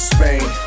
Spain